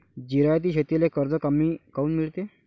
जिरायती शेतीले कर्ज कमी काऊन मिळते?